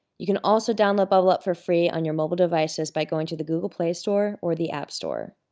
you can also download bublup for free on your mobile devices by going to the google play store or the app store.